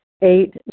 Eight